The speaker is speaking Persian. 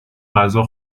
غذا